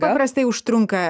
paprastai užtrunka